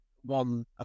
one